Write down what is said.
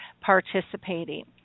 participating